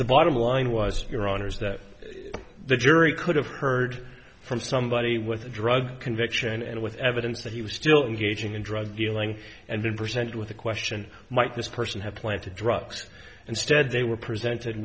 the bottom line was your honour's that the jury could have heard from somebody with a drug conviction and with evidence that he was still engaging in drug dealing and then presented with a question might this person have planted drugs and stead they were presented